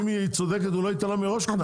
אם היא צודקת הוא לא ייתן לה מראש קנס.